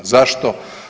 Zašto?